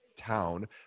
town